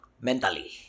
Mentally